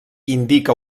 indica